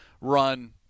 run